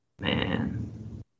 man